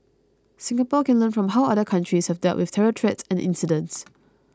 Singapore can learn from how other countries have dealt with terror threats and incidents